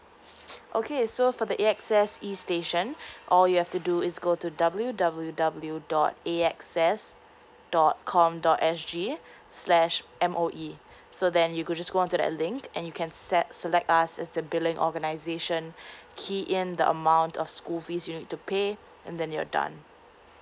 okay so for the A_S_X E station all you have to do is go to W W W dot A S X dot com dot S G slash M_O_E so then you could just go on into that link and you can set so like uh the billing organization key in the amount of school fees you need to pay and then you're done